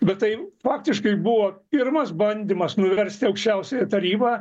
bet tai faktiškai buvo pirmas bandymas nuversti aukščiausiąją tarybą